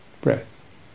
Breath